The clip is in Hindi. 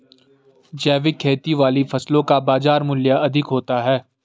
जैविक खेती वाली फसलों का बाजार मूल्य अधिक होता है